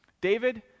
David